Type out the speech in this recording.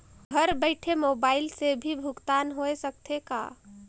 घर बइठे मोबाईल से भी भुगतान होय सकथे का?